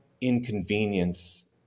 inconvenience